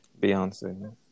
Beyonce